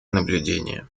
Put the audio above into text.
наблюдения